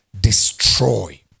destroy